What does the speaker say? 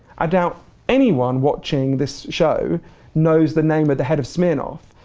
i doubt anyone watching this show knows the name of the head of smirnoff.